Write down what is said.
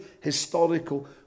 historical